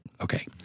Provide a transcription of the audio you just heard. Okay